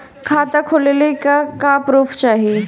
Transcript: खाता खोलले का का प्रूफ चाही?